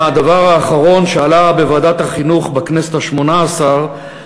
הדבר האחרון שעלה בוועדת החינוך בכנסת השמונה-עשרה,